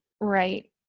Right